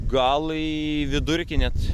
gal į vidurkį net